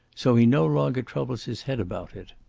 so he no longer troubles his head about it.